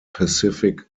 pacific